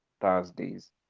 thursdays